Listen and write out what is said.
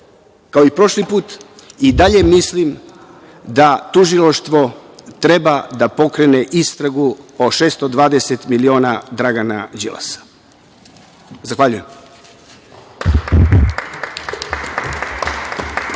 kao i prošli put, i dalje mislim da tužilaštvo treba da pokrene istragu o 620 miliona Dragana Đilasa. **Vladimir